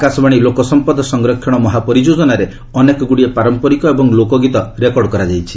ଆକାଶବାଣୀ ଲୋକ ସଂପଦ ସଂରକ୍ଷଣ ମହାପରିଯୋଜନାରେ ଅନେକଗୁଡ଼ିଏ ପାରମ୍ପରିକ ଏବଂ ଲୋକଗୀତ ରେକର୍ଡ କରାଯାଇଛି